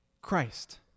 Christ